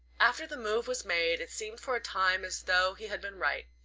after the move was made it seemed for a time as though he had been right,